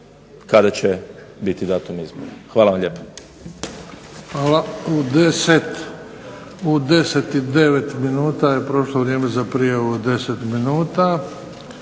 kada će biti datum izbora. Hvala vam lijepa.